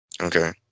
Okay